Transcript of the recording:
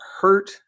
hurt